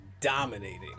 dominating